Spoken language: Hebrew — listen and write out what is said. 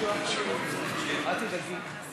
אל תדאגי.